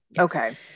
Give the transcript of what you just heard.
Okay